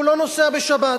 הוא לא נוסע בשבת.